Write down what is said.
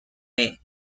may